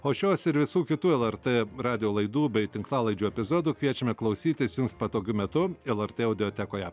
o šios ir visų kitų lrt radijo laidų bei tinklalaidžių epizodų kviečiame klausytis jums patogiu metu lrt audiotekoje